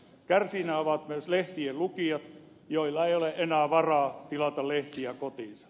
kärsijinä ovat myös lehtien lukijat joilla ei ole enää varaa tilata lehtiä kotiinsa